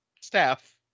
staff